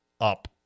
up